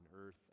earth